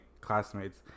classmates